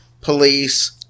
police